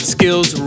Skills